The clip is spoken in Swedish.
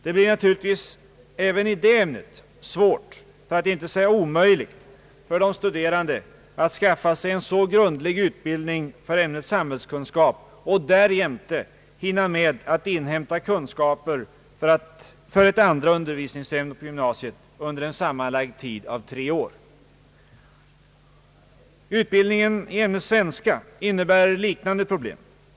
Det blir naturligtvis även i det ämnet svårt för att inte säga omöjligt för de studerande att skaffa sig en grundlig utbildning för ämnet samhällskunskap och därjämte hinna med att inhämta kunskaper för ett andra undervisningsämne på gymnasiet under en sammanlagd tid av tre år. Utbildningen i ämnet svenska innebär liknande problem.